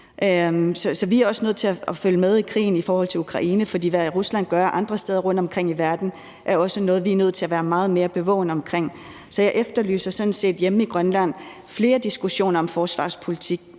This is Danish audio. Så vi er også nødt til følge med i krigen i Ukraine, for hvad Rusland gør andre steder rundtomkring i verden, er også noget, vi er nødt til at have meget mere bevågenhed omkring. Så jeg efterlyser sådan set hjemme i Grønland flere diskussioner om forsvarspolitik